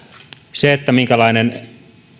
se minkälainen